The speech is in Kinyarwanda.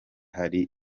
hari